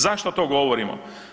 Zašto to govorimo?